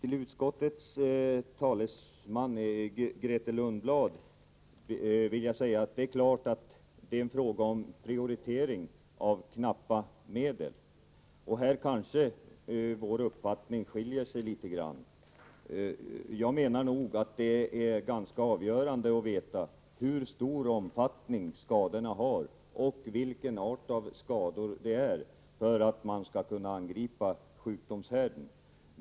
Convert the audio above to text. Till utskottets talesman Grethe Lundblad vill jag säga följande: Det är klart att det är en fråga om prioritering av knappa medel, men när det gäller vad som skall prioriteras skiljer sig kanske våra uppfattningar litet grand. Jag menar nog att det är ganska avgörande att vi känner till hur stor omfattning skadorna har och vilken art av skador det är för att vi skall kunna angripa sjukdomshärden.